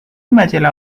majalah